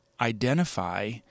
identify